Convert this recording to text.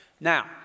Now